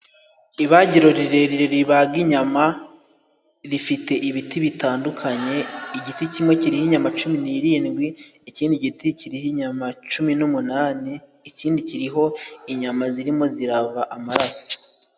Ibagiro rirerire ribaga inyama, rifite ibiti bitandukanye. Igiti kimwe kiriho inyama cumi n'irindwi, ikindi giti kiriho inyama cumi n'umunani, ikindi kiriho inyama zirimo zirava amaraso.